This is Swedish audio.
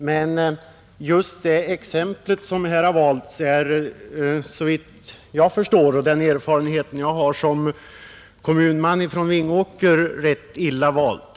Men just det här exemplet är — såvitt jag kan förstå av mina erfarenheter som kommunalpolitiker i Vingåker — rätt illa valt.